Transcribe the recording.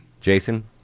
Jason